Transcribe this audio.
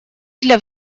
для